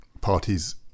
parties